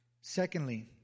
Secondly